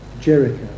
Jericho